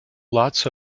lots